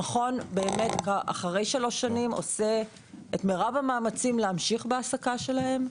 המכון באמת אחרי שלוש שנים עושה את מירב המאמצים להמשיך בהעסקה שלהם.